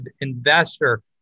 Investor